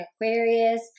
Aquarius